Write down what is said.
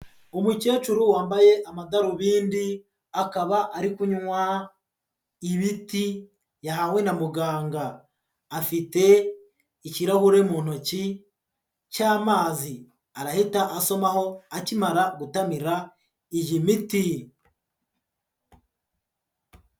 Umukecuru wambaye amadarubindi akaba ari kunywa imiti yahawe na muganga, afite ikirahure mu ntoki cy'amazi arahita asomaho akimara gutamira iy'imiti.